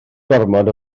gormod